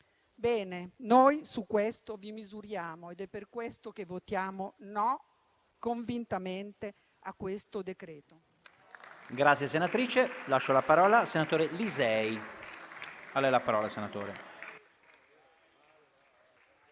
Bene, noi su questo vi misuriamo ed è per questo che votiamo "no" convintamente a questo decreto.